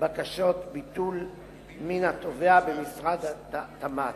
בקשות ביטול מן התובע במשרד התמ"ת.